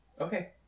Okay